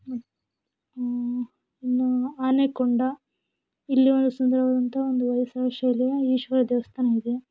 ಇನ್ನು ಆನೆಕೊಂಡ ಇಲ್ಲಿ ಒಂದು ಸುಂದರವಾದಂಥ ಒಂದು ಹೊಯ್ಸಳ ಶೈಲಿಯ ಈಶ್ವರ ದೇವಸ್ಥಾನ ಇದೆ